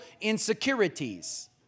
insecurities